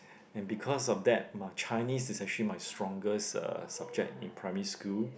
and because of that my Chinese is actually my strongest subject in primary school